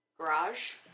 Garage